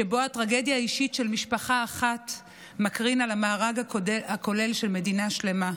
שבו הטרגדיה האישית של משפחה אחת מקרין על המארג הכולל של מדינה שלמה.